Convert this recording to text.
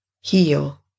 heal